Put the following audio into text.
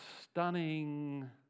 stunning